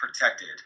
Protected